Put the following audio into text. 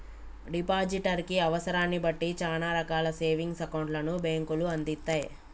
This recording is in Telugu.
డిపాజిటర్ కి అవసరాన్ని బట్టి చానా రకాల సేవింగ్స్ అకౌంట్లను బ్యేంకులు అందిత్తయ్